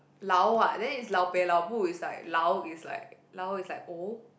lao [what] then if lao-peh lao-bu it's like lao is like lao is like old